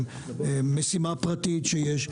משימה פרטית שיש,